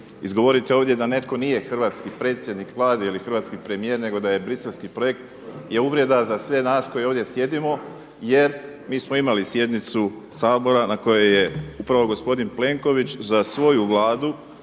izgovoriti ovdje da netko nije hrvatski predsjednik Vlade ili hrvatski premijer nego da je Bruxellski projekt je uvreda za sve nas koji ovdje sjedimo jer mi smo imali sjednicu Sabora na kojoj je upravo gospodin Plenković za svoju Vladu